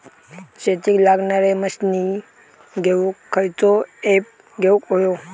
शेतीक लागणारे मशीनी घेवक खयचो ऍप घेवक होयो?